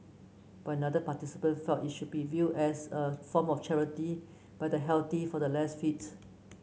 but another participant felt it should be viewed as a form of charity by the healthy for the less fit